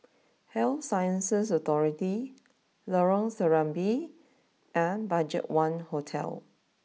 Health Sciences Authority Lorong Serambi and BudgetOne Hotel